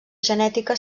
genètica